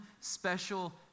special